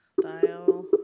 dial